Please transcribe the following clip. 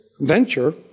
venture